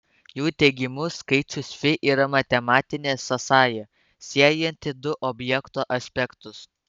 jų teigimu skaičius fi yra matematinė sąsaja siejanti du objekto aspektus